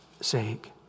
sake